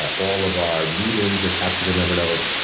ah all of our meetings are captured in evernote.